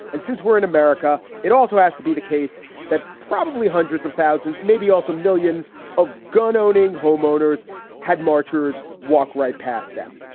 and since we're in america, it also has to be the case that probably hundreds of thousands, maybe also millions of gun owning homeowners had marchers walk right past them.